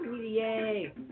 Yay